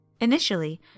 Initially